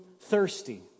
thirsty